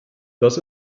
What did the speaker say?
das